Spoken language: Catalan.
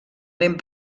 lent